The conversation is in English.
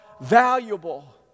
valuable